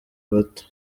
bato